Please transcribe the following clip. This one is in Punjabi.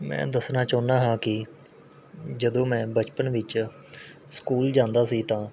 ਮੈਂ ਦੱਸਣਾ ਚਾਹੁੰਦਾ ਹਾਂ ਕਿ ਜਦੋਂ ਮੈਂ ਬਚਪਨ ਵਿੱਚ ਸਕੂਲ ਜਾਂਦਾ ਸੀ ਤਾਂ